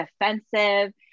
defensive